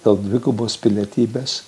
dėl dvigubos pilietybės